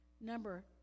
Number